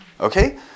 Okay